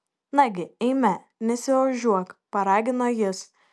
nagi eime nesiožiuok paragino jis